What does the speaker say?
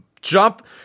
Jump